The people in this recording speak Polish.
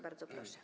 Bardzo proszę.